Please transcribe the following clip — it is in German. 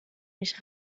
mich